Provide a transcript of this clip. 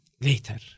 later